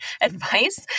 advice